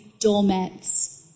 doormats